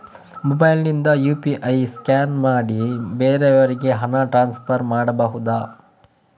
Mobile ನಿಂದ UPI scan ಮಾಡಿ ಬೇರೆಯವರಿಗೆ ಹಣ ಟ್ರಾನ್ಸ್ಫರ್ ಮಾಡಬಹುದ?